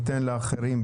ניתן לאחרים.